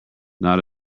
not